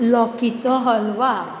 लॉकीचो halwa